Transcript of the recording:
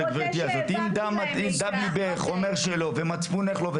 אם דם ליבך אומר שלא ומצפונך לא ,